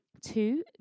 Two